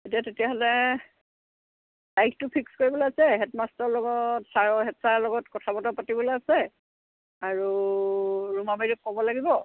এতিয়া তেতিয়াহ'লে তাৰিখটো ফিক্স কৰিবলৈ আছে হেড মাষ্টৰৰ লগত ছাৰ হেড ছাৰৰ লগত কথা বতৰা পাতিবলে আছে আৰু ৰুমা বাইদেউক ক'ব লাগিব